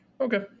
Okay